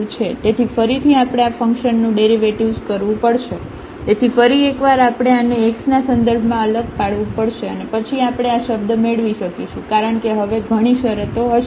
તેથી ફરીથી આપણે આ ફંકશનનું ડેરિવેટિવ્ઝ કરવું પડશે તેથી ફરી એક વાર આપણે આને x ના સંદર્ભમાં અલગ પાડવું પડશે અને પછી આપણે આ શબ્દ મેળવી શકીશું કારણ કે હવે ઘણી શરતો હશે